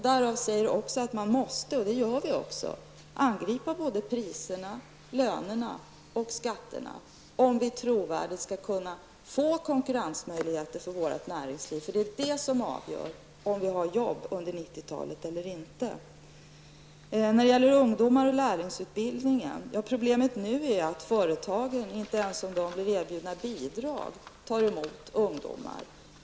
Därav följer att man måste, och det gör regeringen också, angripa priserna, lönerna och skatterna för att man på ett trovärdigt sätt skall kunna skapa konkurrensmöjligheter för vårt näringsliv. Det är detta som avgör om det finns jobb under 90-talet eller inte. Problemet när det gäller ungdomarna och lärlingsutbildningen är att företagen inte tar emot ungdomar ens om de blir erbjudna bidrag.